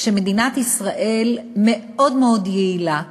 שמדינת ישראל מאוד מאוד יעילה,